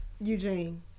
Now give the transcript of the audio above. Eugene